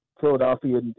Philadelphia